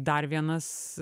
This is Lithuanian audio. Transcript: dar vienas